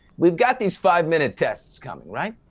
we've got these five-minute tests coming, right?